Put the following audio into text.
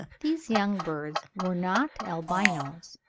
these young birds were not albinos,